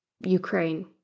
Ukraine